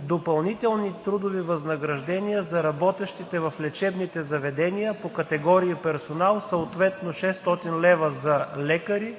допълнителни трудови възнаграждения за работещите в лечебните заведения по категории персонал – съответно 600 лв. за лекари,